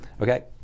Okay